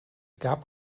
gab